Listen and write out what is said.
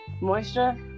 moisture